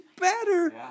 better